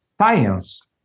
science